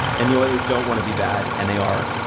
and the oilers don't want to be bad, and they are,